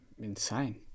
insane